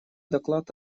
доклад